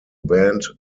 band